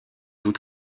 doute